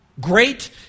great